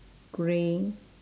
grey